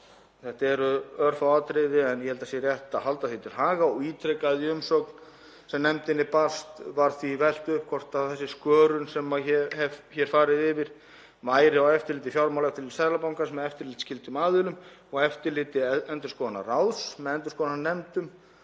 Þetta eru örfá atriði en ég held að það sé rétt að halda því til haga og ítreka að í umsögn sem nefndinni barst var því velt upp hvort þessi skörun sem ég hef hér farið yfir væri á eftirliti Fjármálaeftirlits Seðlabankans með eftirlitsskyldum aðilum og eftirliti endurskoðendaráðs með endurskoðunarnefndum.